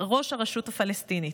הרשות הפלסטינית.